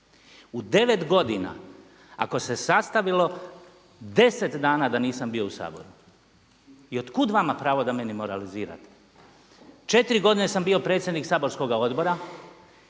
U 9 godina ako se sastavilo 10 dana da nisam bio u Saboru i od kud vama pravo da meni moralizira. Četiri godine sam bio predsjednik saborskoga odbora.